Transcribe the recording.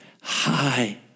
high